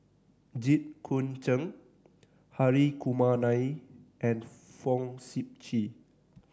Jit Koon Ch'ng Hri Kumar Nair and Fong Sip Chee